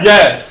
Yes